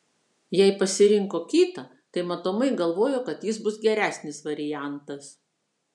jei pasirinko kitą tai matomai galvojo kad jis bus geresnis variantas